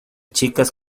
chicas